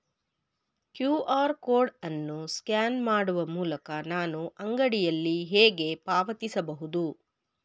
QR code ಅನ್ನು scan ಮಾಡುವ ಮೂಲಕ ನಾನು ಅಂಗಡಿಯಲ್ಲಿ ಹೇಗೆ ಪಾವತಿಸಬಹುದು?